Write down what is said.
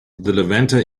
levanter